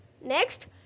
Next